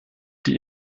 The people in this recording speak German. die